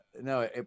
no